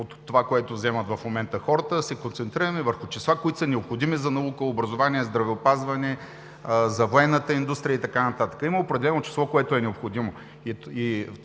от това, което вземат в момента хората, а върху числа, които са необходими за наука, образование, здравеопазване, за военната индустрия и така нататък. Има определено число, което е необходимо.